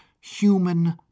human